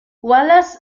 wallace